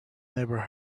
never